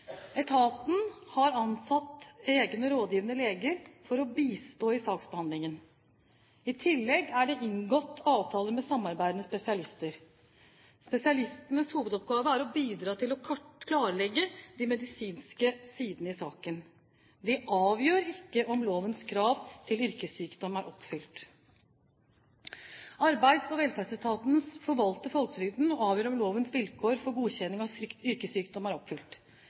Etaten har ansatt egne rådgivende leger for å bistå i saksbehandlingen. I tillegg er det inngått avtaler med samarbeidende spesialister. Spesialistenes hovedoppgave er å bidra til å klarlegge de medisinske sidene i saken. De avgjør ikke om lovens krav til yrkessykdom er oppfylt. Arbeids- og velferdsetaten forvalter folketrygden og avgjør om lovens vilkår for godkjenning av yrkessykdom er oppfylt.